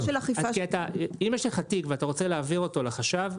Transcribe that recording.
אם יש לך תיק ואתה רוצה להעביר אותו לחש"ב,